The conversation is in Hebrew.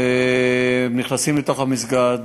נכנסים לתוך המסגד